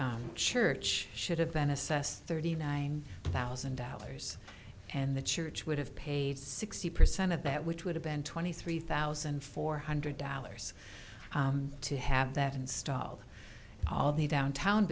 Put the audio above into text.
the church should have been assessed thirty nine thousand dollars and the church would have paid sixty percent of that which would have been twenty three thousand four hundred dollars to have that installed all the downtown